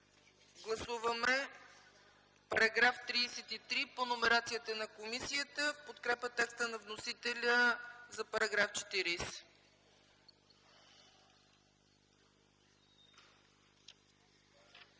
Гласуваме § 33 по номерацията на комисията, в подкрепа текста на вносителя за § 40.